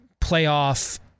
playoff